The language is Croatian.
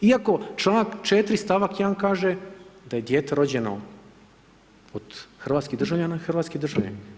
Iako članak 4. stavak 1. kaže da je dijete rođeno od hrvatskih državljana, hrvatski državljanin.